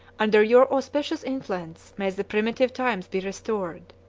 under your auspicious influence, may the primitive times be restored.